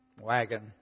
wagon